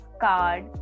card